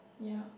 yeah